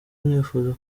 nifuza